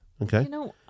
okay